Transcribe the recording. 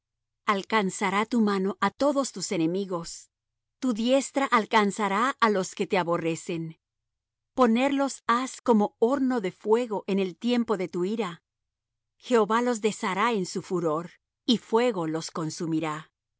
alcanzará tu mano á todos tus enemigos tu diestra alcanzará á los que te aborrecen ponerlos has como horno de fuego en el tiempo de tu ira jehová los deshará en su furor y fuego los consumirá su